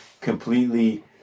completely